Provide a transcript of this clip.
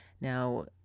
Now